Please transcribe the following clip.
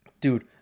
Dude